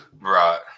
right